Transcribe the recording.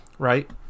right